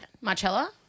Marcella